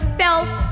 felt